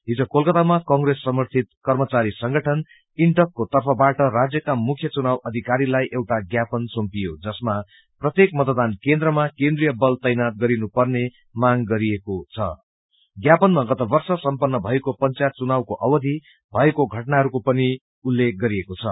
हिज कोलकातामा कंग्रेस समर्थित कर्मचारीहरूको संगठन इंटक को तर्फबाट राज्यका मुख्य चुनाव अधिकारीलाई एउटा ज्ञापन सुम्पियो जसमा प्रत्येक मतदान केन्द्रमा केन्द्रिय बल तैनात गरिनुपर्ने मांग गरिएको द जसमा गतवर्ष समपन्न भएको पंचायत चुनावको अवधि भएको घटनाहरूको उल्लेख गरिएको छ